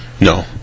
No